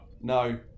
No